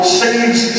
saves